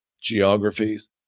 geographies